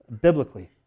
biblically